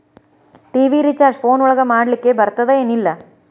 TV recharge phone ಒಳಗ ಮಾಡ್ಲಿಕ್ ಬರ್ತಾದ ಏನ್ ಇಲ್ಲ?